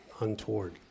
untoward